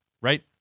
right